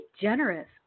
generous